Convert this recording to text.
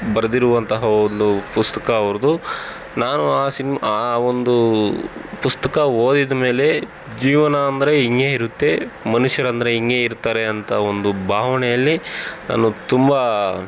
ಬರೆದಿರುವಂತಹ ಒಂದು ಪುಸ್ತಕ ಅವ್ರದ್ದು ನಾನು ಆ ಸಿನ್ ಆ ಒಂದು ಪುಸ್ತಕ ಓದಿದ ಮೇಲೆ ಜೀವನ ಅಂದರೆ ಹಿಂಗೇ ಇರುತ್ತೆ ಮನುಷ್ಯರಂದರೆ ಹಿಂಗೇ ಇರ್ತಾರೆ ಅಂತ ಒಂದು ಭಾವನೆಯಲ್ಲಿ ನಾನು ತುಂಬ